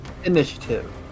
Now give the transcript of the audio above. Initiative